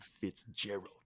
Fitzgerald